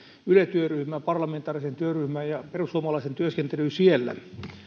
yle työryhmään parlamentaariseen työryhmään ja perussuomalaisten työskentelyyn siellä